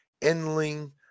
Endling